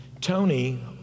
Tony